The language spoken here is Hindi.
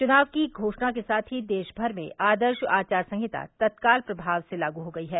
चुनाव की घोषणा के साथ ही देश भर में आदर्श आचार संहिता तत्काल प्रभाव से लागू हो गई है